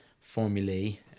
Formulae